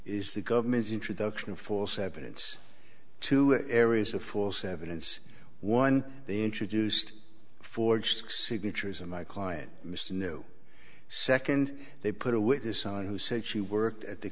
is the government's introduction of force evidence two areas of false evidence one they introduced forged signatures of my client mr new second they put a witness on who said she worked at the